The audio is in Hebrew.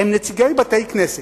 הם נציגי בתי-כנסת.